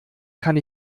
kann